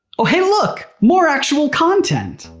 oh hey look, more actual content.